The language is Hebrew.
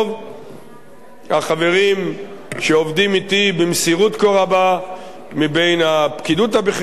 החברים שעובדים אתי במסירות כה רבה מבין הפקידות הבכירה בממשלה ואנוכי,